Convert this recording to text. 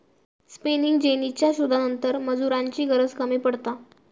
spinning जेनीच्या शोधानंतर मजुरांची गरज कमी पडता